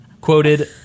Quoted